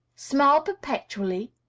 smile perpetually?